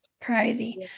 Crazy